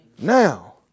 Now